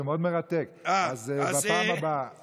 זה מאוד מרתק, אז בפעם הבאה.